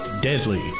deadly